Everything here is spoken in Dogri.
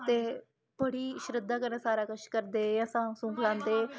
ते बड़ी शरधा कन्नै सारा कुछ करदे इ'यां सांख सूंख लांदे